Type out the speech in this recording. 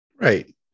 Right